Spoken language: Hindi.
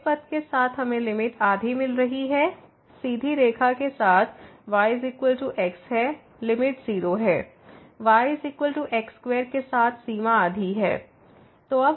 तो इस पथ के साथ हमें लिमिट आधी मिल रही है सीधी रेखा के साथ yx है लिमिट 0 है y x2 के साथ सीमा आधी है